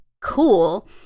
cool